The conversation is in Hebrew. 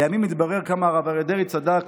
לימים התברר כמה הרב אריה דרעי צדק,